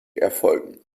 erfolgen